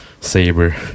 saber